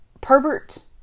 pervert